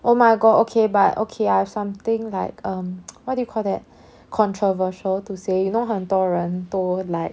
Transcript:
oh my god okay but okay I've something like um what do you call that controversial to say you know 很多人都 like